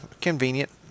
convenient